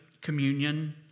communion